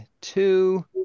two